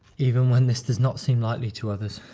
even when this does not seem likely to others.